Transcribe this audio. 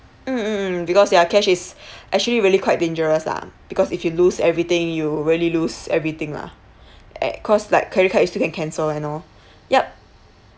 mm mm mm because there cash is actually really quite dangerous lah because if you lose everything you really lose everything lah eh cause like credit card you still can cancel I know yup